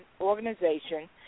organization